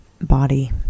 body